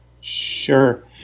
Sure